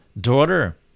daughter